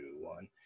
one